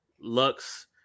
Lux